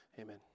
amen